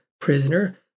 prisoner